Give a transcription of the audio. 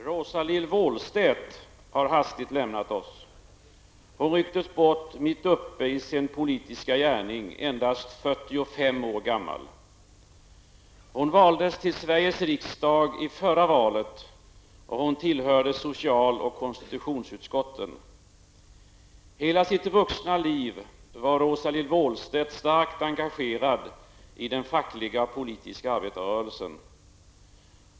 Rosa-Lill Wåhlstedt har hastigt lämnat oss. Hon rycktes bort mitt uppe i sin politiska gärning, endast 45 år gammal. Hon valdes till Sveriges riksdag i förra valet, och hon tillhörde social och konstitutionsutskotten. Hela sitt vuxna liv var Rosa-Lill Wåhlstedt starkt engagerad i den fackliga och politiska arbetarrörelsen.